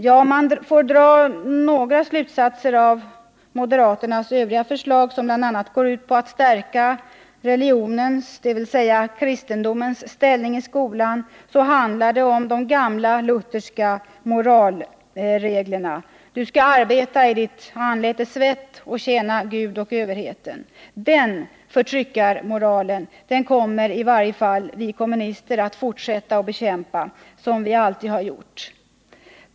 Ja, om man får dra några slutsatser av moderaternas övriga förslag, som bl.a. går ut på att stärka religionens, dvs. kristendomens ställning i skolan, så handlar det om de gamla lutherska moralreglerna: Du skall arbeta i ditt anletes svett och tjäna Gud och överheten. Den förtryckarmoralen kommer i varje fall vi kommunister att fortsätta att bekämpa som vi alltid har gjort.